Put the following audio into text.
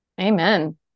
Amen